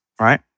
right